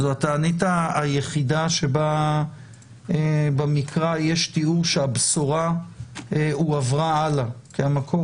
זו התענית היחידה שבה במקרא יש תיאור שהבשורה הועברה הלאה כי המקור